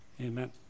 Amen